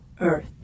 Earth